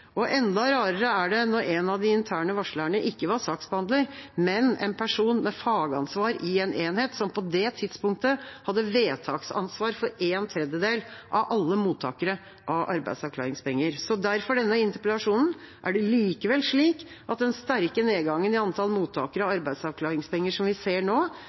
Enda rarere er det når en av de interne varslerne ikke var saksbehandler, men en person med fagansvar i en enhet som på det tidspunktet hadde vedtaksansvar for en tredjedel av alle mottakere av arbeidsavklaringspenger. Derfor denne interpellasjonen: Er det likevel slik at den sterke nedgangen i antallet mottakere av arbeidsavklaringspenger som vi ser nå,